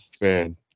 man